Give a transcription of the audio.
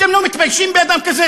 אתם לא מתביישים באדם כזה,